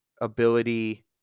ability